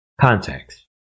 context